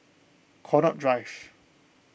Connaught Drive